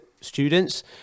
students